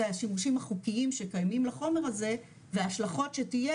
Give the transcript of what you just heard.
זה השימושים החוקיים שקיימים לחומר הזה והשלכות שתהיה